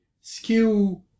skew